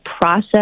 process